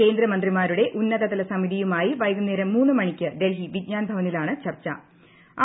കേന്ദ്രമന്ത്രിമാരുടെ ഉന്നതതല സമിതിയുമായി വൈകുന്നേരം മൂന്ന് മണിക്ക് ഡൽഹി വിജ്ഞാൻ ഭവനിലാണ് ചർച്ചു